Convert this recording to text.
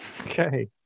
okay